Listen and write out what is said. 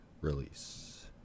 release